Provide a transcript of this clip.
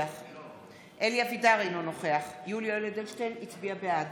אלי אבידר, אינו נוכח יולי יואל אדלשטיין, בעד